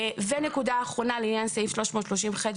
נקודה אחרונה לעניין סעיף 330ח,